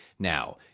Now